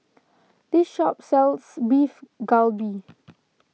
this shop sells Beef Galbi